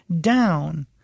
down